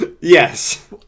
Yes